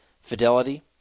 Fidelity